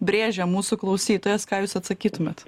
brėžia mūsų klausytojas ką jūs atsakytumėt